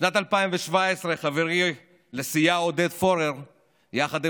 בשנת 2017 חברי לסיעה עודד פורר העביר יחד עם